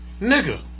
Nigga